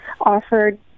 offered